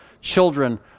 Children